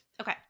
Okay